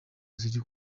ziri